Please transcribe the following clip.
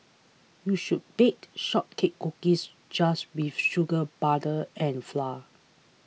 you should bake shortcake cookies just with sugar butter and flour